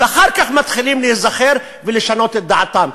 ואחר כך מתחילים להיזכר ולשנות את דעתם.